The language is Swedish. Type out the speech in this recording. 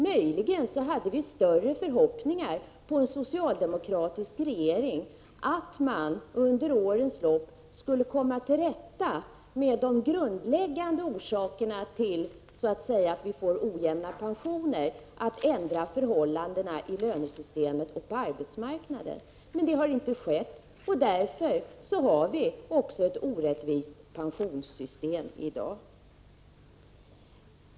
Möjligen hade vi större förhoppningar än vad som har infriats om att en socialdemokratisk regering under årens lopp skulle komma till rätta med de så att säga grundläggande orsakerna till de ojämna pensionerna, dvs. på att förhållandena i lönesystemet och på arbetsmarknaden skulle ändras. Men det har inte skett, och därför har vi i dag också ett orättvist pensionssystem.